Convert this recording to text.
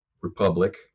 Republic